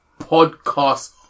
podcast